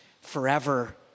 forever